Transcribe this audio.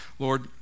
Lord